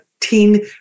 Teen